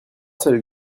seul